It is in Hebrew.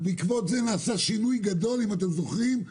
ובעקבות זה נעשה שינוי גדול, אם אתם זוכרים.